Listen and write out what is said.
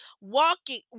walking